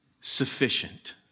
sufficient